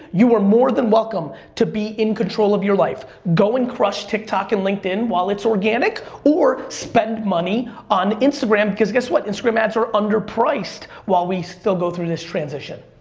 you are more than welcome to be in control of your life. go and crush tiktok and linkedin linkedin while it's organic, or spend money on instagram, because guess what. instagram ads are underpriced while we still go through this transition.